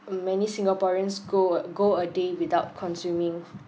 many singaporeans go a go a day without consuming